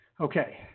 Okay